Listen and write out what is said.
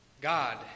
God